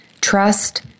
trust